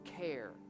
care